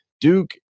Duke